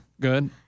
Good